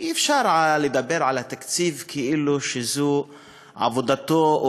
אי-אפשר לדבר על התקציב כאילו שזו עבודתו או